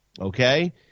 okay